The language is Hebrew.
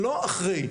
לא אחרי,